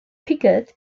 peugeot